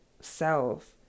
self